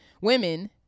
women